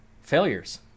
failures